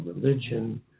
religion